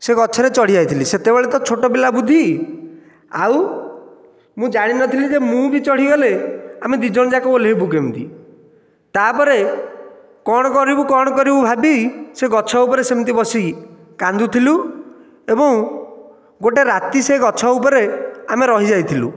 ସେ ଗଛରେ ଚଢ଼ିଯାଇଥିଲି ସେତେବେଳେ ତ ଛୋଟ ପିଲା ବୁଦ୍ଧି ଆଉ ମୁଁ ଜାଣିନଥିଲି ଯେ ମୁଁ ବି ଚଢ଼ିଗଲେ ଆମେ ଦୁଇଜଣ ଯାକ ଓହ୍ଲାଇବୁ କେମିତି ତା'ପରେ କ'ଣ କରିବୁ କ'ଣ କରିବୁ ଭାବି ସେ ଗଛ ଉପରେ ସେମିତି ବସି କାନ୍ଦୁଥିଲୁ ଏବଂ ଗୋଟିଏ ରାତି ସେ ଗଛ ଉପରେ ଆମେ ରହିଯାଇଥିଲୁ